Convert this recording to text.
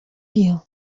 you